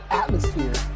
atmosphere